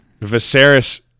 Viserys